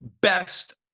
best